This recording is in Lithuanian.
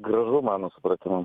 gražu mano supratimu